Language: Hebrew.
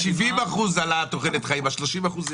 ה-70% זה העלאת תוחלת החיים, ה-30% זה